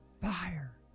fire